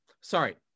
sorry